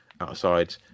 outside